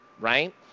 Right